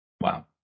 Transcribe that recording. Wow